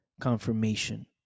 confirmation